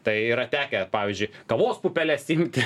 tai yra tekę pavyzdžiui kavos pupeles imti